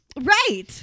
Right